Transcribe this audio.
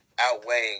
outweighing